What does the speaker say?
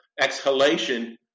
exhalation